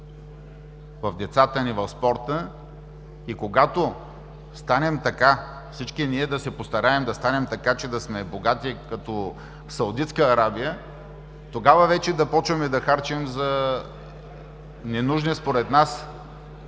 в децата ни, в спорта. И когато всички ние се постараем да станем така, че да сме богати като Саудитска Арабия, тогава вече да почваме да харчим за ненужни според нас